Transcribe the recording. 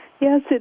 Yes